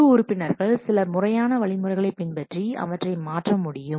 குழு உறுப்பினர்கள் சில முறையான வழிமுறைகளை பின்பற்றி அவற்றை மாற்ற முடியும்